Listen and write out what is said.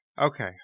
Okay